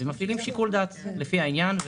מפעילים שיקול דעת לפי העניין.